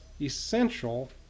essential